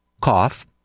cough